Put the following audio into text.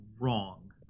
wrong